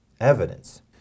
evidence